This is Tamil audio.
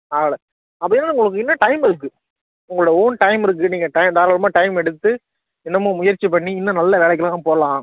ஆகலை அப்போது என்னென்னா உங்களுக்கு இன்னும் டைம் இருக்குது உங்களோடய ஓன் டைம் இருக்குது நீங்கள் டைம் தாராளமாக டைம் எடுத்து இன்னமும் முயற்சி பண்ணி இன்னும் நல்லா வேலைக்கெலாம் போகலாம்